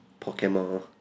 Pokemon